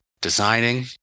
designing